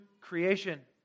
creation